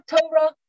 Torah